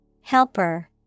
Helper